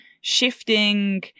shifting